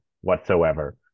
whatsoever